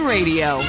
Radio